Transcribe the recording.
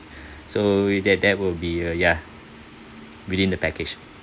so that that will be uh ya within the package